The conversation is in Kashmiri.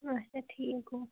اَچھا ٹھیٖک گوٚو